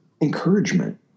encouragement